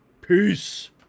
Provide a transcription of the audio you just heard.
Peace